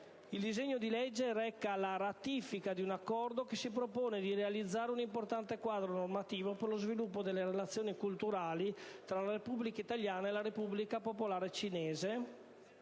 Il disegno di legge reca la ratifica di un Accordo che si propone di realizzare un importante quadro normativo per lo sviluppo delle relazioni culturali tra la Repubblica italiana e la Repubblica popolare cinese,